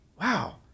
wow